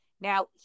Now